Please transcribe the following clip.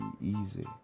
easy